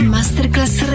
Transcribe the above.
Masterclass